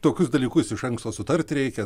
tokius dalykus iš anksto sutarti reikia